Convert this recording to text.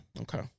Okay